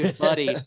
buddy